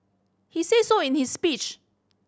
he said so in his speech